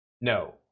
No